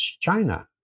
China